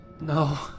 No